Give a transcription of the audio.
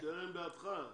שטרן בעדך.